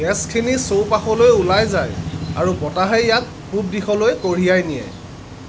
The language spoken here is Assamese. গেছখিনি চৌপাশলৈ ওলাই যায় আৰু বতাহে ইয়াক পূব দিশলৈ কঢ়িয়াই নিয়ে